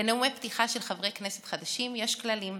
לנאומי פתיחה של חברי כנסת חדשים יש כללים.